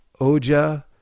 Oja